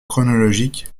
chronologique